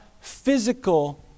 physical